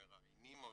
מראיינים,